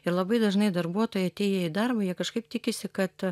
ir labai dažnai darbuotojai atėję į darbą jie kažkaip tikisi kad